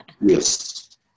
Yes